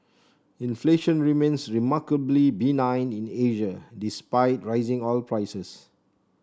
inflation remains remarkably benign in Asia despite rising oil prices